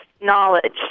knowledge